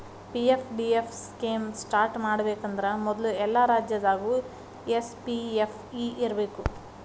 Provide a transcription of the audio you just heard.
PFDF scheme start ಮಾಡಬೇಕಂದ್ರ ಮೊದ್ಲು ಎಲ್ಲಾ ರಾಜ್ಯದಾಗು ಎಸ್.ಪಿ.ಎಫ್.ಇ ಇರ್ಬೇಕು